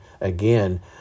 again